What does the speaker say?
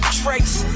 trace